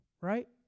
right